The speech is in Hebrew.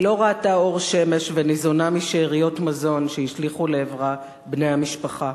היא לא ראתה אור שמש וניזונה משאריות מזון שהשליכו לעברה בני המשפחה.